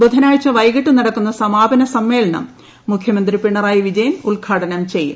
ബുധനാഴ്ച് വൈകിട്ട് നടക്കുന്ന സമാപന സമ്മേളനം മുഖ്യമന്ത്രി പിണറായി വിജയൻ ഉദ്ഘാടനം ചെയ്യും